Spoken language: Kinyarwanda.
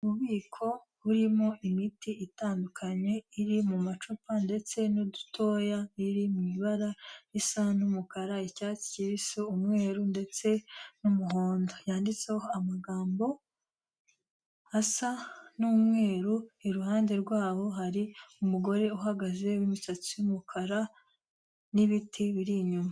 Ububiko burimo imiti itandukanye, iri mu macupa ndetse n'udutoya, iri mu ibara risa n'umukara, icyatsi kibisi, umweru, ndetse n'umuhondo. Yanditseho amagambo asa n'umweru, iruhande rwaho hari umugore uhagaze w'imisatsi y'umukara, n'ibiti biri inyuma.